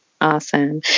Awesome